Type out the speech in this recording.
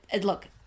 look